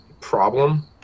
problem